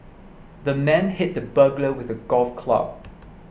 the man hit the burglar with a golf club